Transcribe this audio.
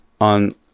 on